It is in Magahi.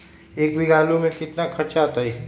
एक बीघा आलू में केतना खर्चा अतै?